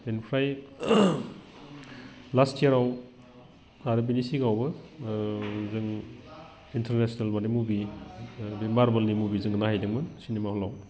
बेनिफ्राय लास्ट इयारआव आरो बेनि सिगाङावबो जों इन्टारनेसनेल माने मुभि बे मारबोलनि मुभि जोङो नायहैदोंमोन सिनेमा हलाव